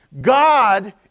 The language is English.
God